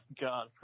god